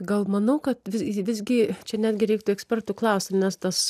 gal manau kad visgi čia netgi reiktų ekspertų klausti nes tas